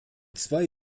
zwei